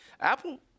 Apple